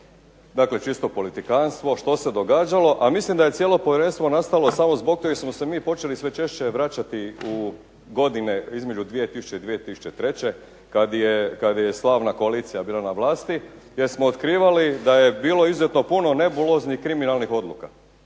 dakle čisto politikantstvo, što se događalo, a mislim da je cijelo povjerenstvo nastalo samo zbog toga jer smo se mi počeli sve češće vraćati u godine između 2000. i 2003. kad je slavna koalicija bila na vlasti gdje smo otkrivali da je bilo izuzetno puno nebuloznih i kriminalnih odluka.